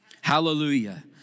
Hallelujah